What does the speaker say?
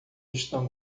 estão